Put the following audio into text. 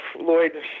Lloyd